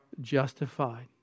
justified